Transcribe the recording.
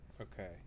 Okay